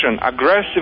aggressive